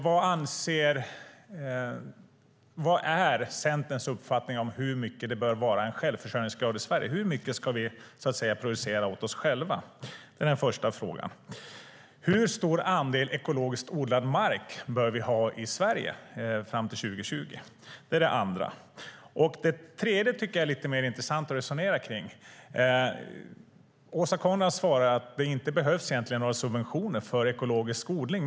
Vad är Centerns uppfattning om hur stor självförsörjningsgrad det bör vara i Sverige? Hur mycket ska vi producera åt oss själva? Det är den första frågan. Hur stor andel ekologiskt odlad mark bör vi ha i Sverige fram till 2020? Det är den andra frågan. Det tredje tycker jag är lite mer intressant att resonera kring. Åsa Coenraads svarade att det egentligen inte behövs några subventioner för ekologisk odling.